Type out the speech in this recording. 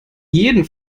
jeden